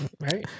right